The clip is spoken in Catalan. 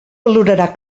valorarà